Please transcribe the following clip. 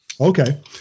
Okay